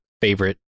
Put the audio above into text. favorite